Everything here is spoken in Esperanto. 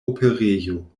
operejo